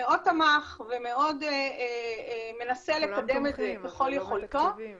שמאוד תמך ומאוד מנסה לקדם את זה ככל יכולתו